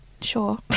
Sure